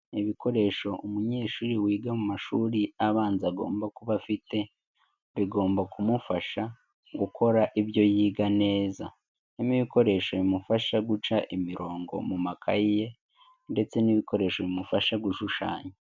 Ibikoresho umunyeshuri wiga mu mashuri abanza agomba kuba afite, bigomba kumufasha gukora ibyo yiga neza harimo ibikoresho bimufasha guca imirongo mu makaye ye, ndetse n'ibikoresho bimufasha gushushanya.